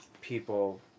people